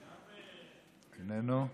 איננו,